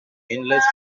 endless